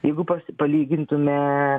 jeigu pas palygintume